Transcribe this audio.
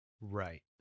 Right